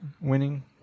winning